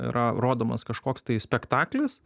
yra rodomas kažkoks tai spektaklis